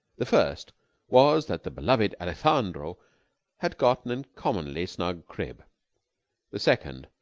the first was that the beloved alejandro had got an uncommonly snug crib the second